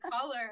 color